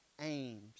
aims